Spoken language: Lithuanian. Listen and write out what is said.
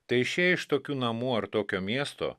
tai išėję iš tokių namų ar tokio miesto